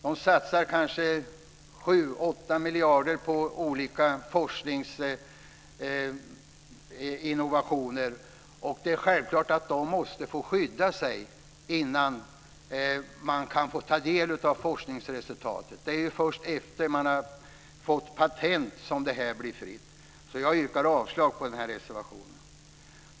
Man satsar 7-8 miljarder på olika forskningsinnovationer. Det är självklart att Astra måste få skydda sig innan någon annan får ta del av forskningsresultaten. Det är först efter att man har fått patent som resultatet blir fritt. Jag yrkar avslag på denna reservation.